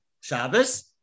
Shabbos